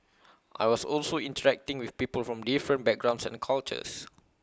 I was also interacting with people from different backgrounds and cultures